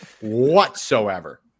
whatsoever